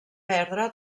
perdre